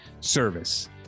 service